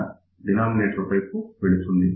ఇక్కడ ఉన్న డినామినేటర్ ఆ వైపు వెళుతుంది